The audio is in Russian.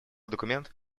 документ